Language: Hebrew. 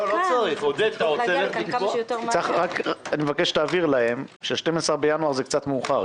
אני מבקש שתבהיר להם ש-12 בינואר זה קצת מאוחר.